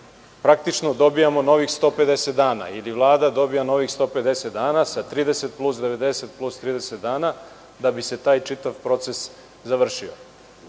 praktično dobijamo novih 150 dana, odnosno Vlada dobija novih 150 dana sa 30, plus 90, plus 30 dana, da bi se taj čitav proces završio.